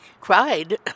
cried